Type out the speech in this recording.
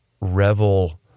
revel